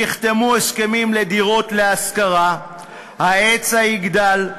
נחתמו הסכמים לדירות להשכרה, וההיצע יגדל.